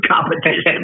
competition